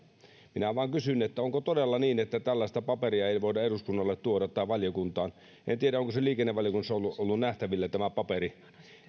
minä vain kysyn onko todella niin että tällaista paperia ei voida eduskunnalle tuoda tai valiokuntaan en tiedä onko se paperi liikennevaliokunnassa ollut ollut nähtävillä